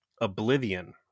oblivion